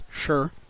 sure